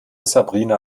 sabrina